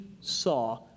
saw